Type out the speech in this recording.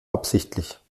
absichtlich